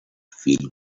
feel